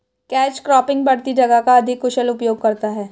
catch cropping बढ़ती जगह का अधिक कुशल उपयोग करता है